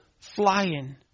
flying